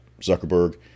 Zuckerberg